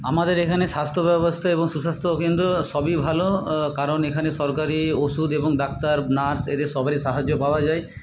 আমাদের এখানে স্বাস্থ্য ব্যবস্থা এবং সুস্বাস্থ্য কেন্দ্র সবই ভালো কারণ এখানে সরকারি ওষুধ এবং ডাক্তার নার্স এদের সবারই সাহায্য পাওয়া যায়